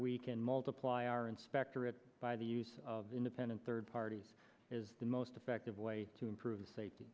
we can multiply our inspectorate by the use of independent third parties is the most effective way to improve safety